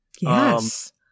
Yes